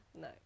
No